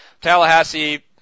Tallahassee